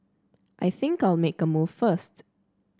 I think I'll make a move first